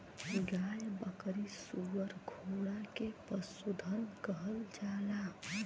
गाय बकरी सूअर घोड़ा के पसुधन कहल जाला